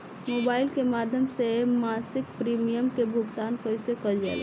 Mobile के माध्यम से मासिक प्रीमियम के भुगतान कैसे कइल जाला?